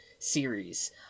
series